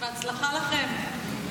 בהצלחה לכם.